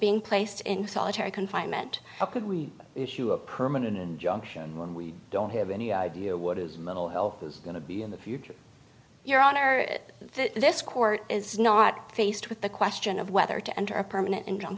being placed in solitary confinement how could we issue a permanent injunction when we don't have any idea what is mental health is going to be in the future your honor this court is not faced with the question of whether to enter a permanent in